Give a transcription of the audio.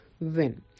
win